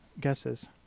guesses